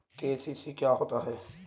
KCC क्या होता है?